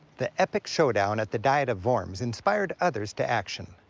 the epic showdown at the diet of worms inspired others to action.